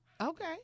Okay